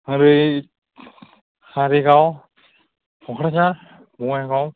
हरै कारिगाव क'क्राझार बङाइगाव